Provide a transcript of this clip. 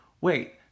wait